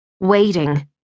waiting